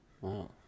Wow